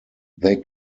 they